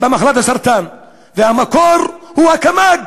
מחלת הסרטן והמקור הוא הקמ"ג.